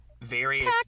various